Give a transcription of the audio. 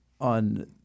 on